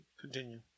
Continue